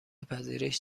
پذیرش